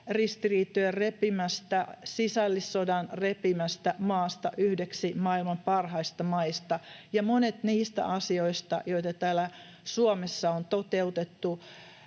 ristiriitojen repimästä, sisällissodan repimästä maasta yhdeksi maailman parhaista maista. Ja monet niistä asioista, joita täällä Suomessa on toteutettu